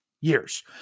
Years